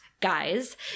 guys